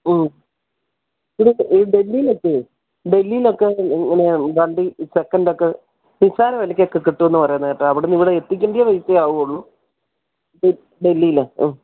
ആ ഇവിടെ ഡൽഹിയിലൊക്കെ ഡൽഹിയിലൊക്കെ ഇങ്ങനെ ഈ വണ്ടി സെക്കൻ്റൊക്കെ നിസ്സാര വിലക്കൊക്കെ കിട്ടും എന്നു പറയുന്നത് കേട്ടു അവിടെ നിന്ന് ഇവിടെ എത്തിക്കേണ്ട റേറ്റെ ആകുള്ളൂ മ് ഡൽഹിയിൽ ആ